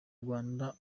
rwanda